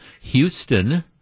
Houston